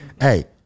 hey